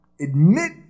admit